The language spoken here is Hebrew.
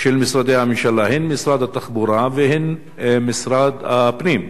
של משרדי הממשלה, הן משרד התחבורה והן משרד הפנים,